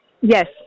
Yes